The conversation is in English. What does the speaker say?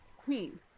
queen